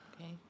Okay